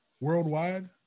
worldwide